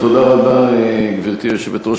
גברתי היושבת-ראש,